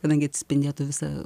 kadangi atsispindėtų visą